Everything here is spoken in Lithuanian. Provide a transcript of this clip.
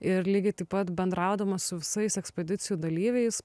ir lygiai taip pat bendraudama su visais ekspedicijų dalyviais